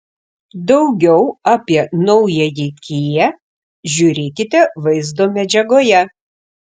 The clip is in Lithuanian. daugiau apie naująjį kia žiūrėkite vaizdo medžiagoje